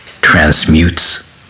transmutes